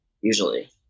usually